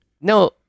No